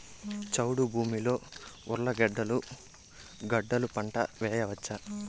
చౌడు భూమిలో ఉర్లగడ్డలు గడ్డలు పంట వేయచ్చా?